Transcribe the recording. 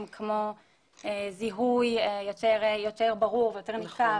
כמו זיהוי יותר ברור ויותר ניכר -- נכון.